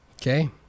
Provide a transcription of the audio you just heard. Okay